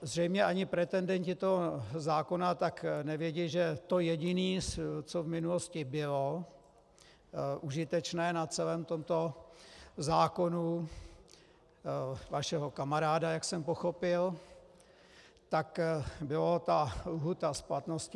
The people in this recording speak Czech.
Zřejmě ani pretendenti toho zákona nevědí, že to jediné, co v minulosti bylo užitečné na celém tomto zákonu vašeho kamaráda, jak jsem pochopil, tak byla lhůta splatnosti.